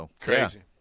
Crazy